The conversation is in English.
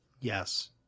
yes